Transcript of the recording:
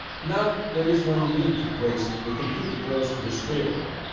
now there is no need to place the computer close to the stereo,